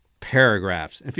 paragraphs